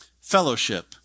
Fellowship